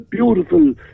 beautiful